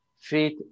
fit